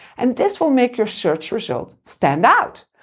and this will make your search result stand out,